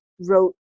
wrote